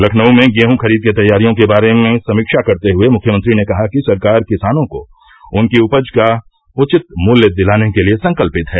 लखनऊ में गेहूं खरीद की तैयारियों के बारे में समीक्षा करते हुए मुख्यमंत्री ने कहा कि सरकार किसानों को उनकी उपज का उचित मूल्य दिलाने के लिये संकल्पित है